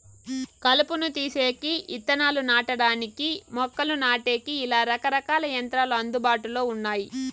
కలుపును తీసేకి, ఇత్తనాలు నాటడానికి, మొక్కలు నాటేకి, ఇలా రకరకాల యంత్రాలు అందుబాటులో ఉన్నాయి